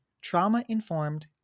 Trauma-Informed